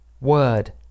word